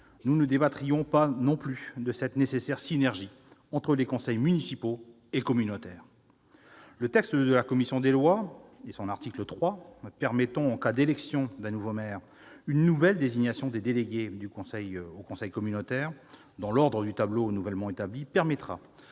nous ne débattrions pas non plus de cette nécessaire synergie entre les conseils municipaux et les conseils communautaires. Le texte de la commission des lois, en particulier l'article 3 qui permet, en cas d'élection d'un nouveau maire, une nouvelle désignation des délégués au conseil communautaire, dans l'ordre du tableau nouvellement établi, garantira